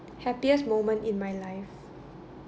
happiest moment in my life